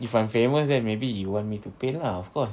if I famous then maybe you want me to paint lah of course